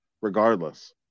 regardless